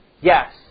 yes